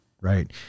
right